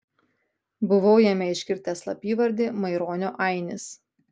buvau jame iškirtęs slapyvardį maironio ainis